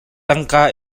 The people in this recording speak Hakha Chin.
tangka